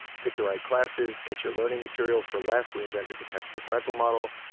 pick the right classes, get your learning material for less. we invented the textbook rental model.